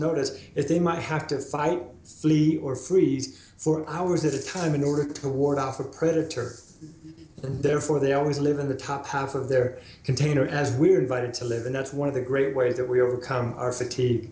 notice if they might have to fight or freeze for hours at a time in order to ward off a predator and therefore they always live in the top half of their container as we are invited to live and that's one of the great ways that we have come our city